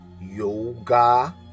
yoga